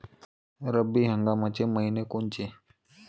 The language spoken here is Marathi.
रब्बी हंगामाचे मइने कोनचे?